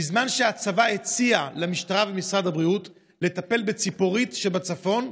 בזמן שהצבא הציע למשטרה ולמשרד הבריאות לטפל בציפורית שבצפון,